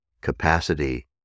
capacity